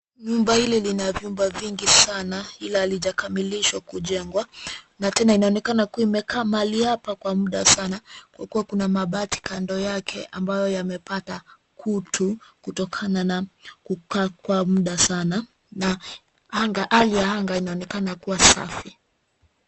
Nyumba hili lina vyumba vingi sana, ila halijakamiishwa kujengwa na tena inaonekana kuwa imeakaa mahali hapa kwa muda sana kwa kuwa kuna mabati kando yake ambayo yamepata kutu kutokana na kukaa kwa muda sana. Na hali ya anga inaonekana kuwa safi.